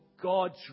God's